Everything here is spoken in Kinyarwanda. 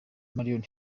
moriah